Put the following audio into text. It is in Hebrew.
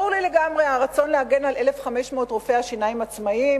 ברור לי לגמרי הרצון להגן על 1,500 רופאי השיניים העצמאים.